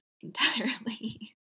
entirely